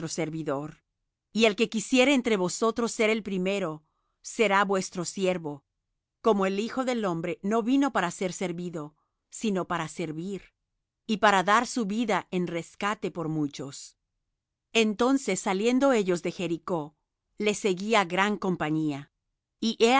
servidor y el que quisiere entre vosotros ser el primero será vuestro siervo como el hijo del hombre no vino para ser servido sino para servir y para dar su vida en rescate por muchos entonces saliendo ellos de jericó le seguía gran compañía